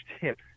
tip